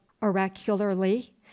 oracularly